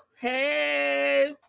Hey